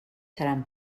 seran